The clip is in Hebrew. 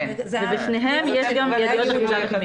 ובשניהם יש גם ידיות אחיזה.